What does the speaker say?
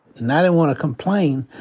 and i didn't wanna complain.